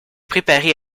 préparé